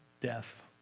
death